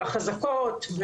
על החזקות,